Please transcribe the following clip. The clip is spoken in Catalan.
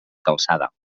calçada